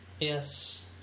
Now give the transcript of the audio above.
Yes